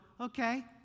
okay